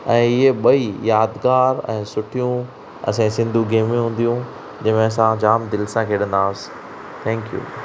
ऐं हीअ ॿई यादिगार ऐं सुठियूं असांजी सिंधी गेमियूं हूंदियूं जंहिंमें असां जाम दिल सां खेॾंदासि थैंक यू